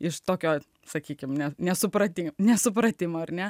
iš tokio sakykim ne nesupratimo nesupratimo ar ne